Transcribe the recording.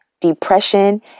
depression